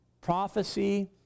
Prophecy